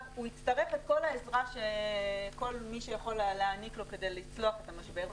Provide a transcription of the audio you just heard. הוא יצטרך את כל העזרה של כל מי שיכול להעניק לו כדי לצלוח את המשבר.